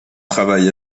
travail